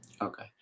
Okay